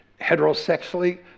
heterosexually